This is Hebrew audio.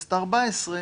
בכנסת הארבע-עשרה,